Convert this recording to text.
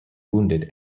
wounded